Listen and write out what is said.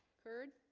curd